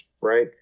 right